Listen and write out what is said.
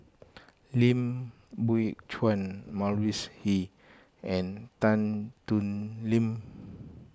Lim Biow Chuan Mavis Hee and Tan Thoon Lip